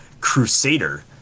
crusader